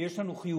ויש לנו חיובים,